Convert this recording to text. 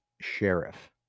sheriff